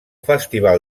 festival